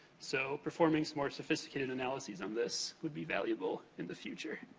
so performing some more sophisticated analyses on this would be valuable in the future.